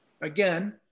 again